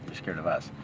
scared of us.